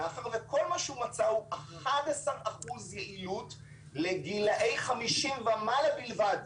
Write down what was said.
מאחר וכל מה שהוא מצא זה 11 אחוזי יעלות לגילאי 50 ומעלה בלבד,